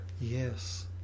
Yes